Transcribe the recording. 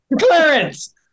Clarence